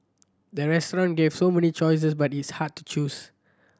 the restaurant gave so many choices but is hard to choose